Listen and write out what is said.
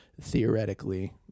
Theoretically